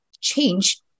change